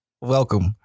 Welcome